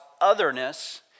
otherness